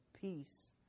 peace